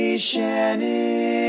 Shannon